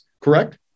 correct